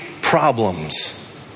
problems